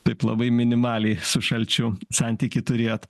taip labai minimaliai su šalčiu santykį turėjot